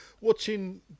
watching